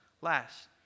last